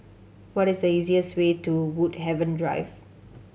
what is the easiest way to Woodhaven Drive